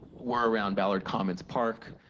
were around ballard commons park,